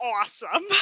awesome